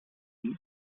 seas